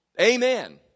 Amen